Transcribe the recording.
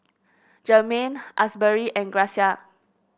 Jermaine Asbury and Gracia